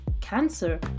cancer